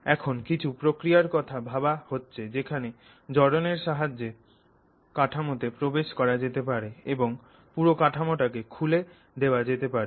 এখন কিছু প্রক্রিয়ার কথা ভাবা হচ্ছে যেখানে জারণের সাহায্যে কাঠামোতে প্রবেশ করা যেতে পারে এবং পুরো কাঠামোটাকে খুলে দেওয়া যেতে পারে